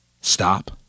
stop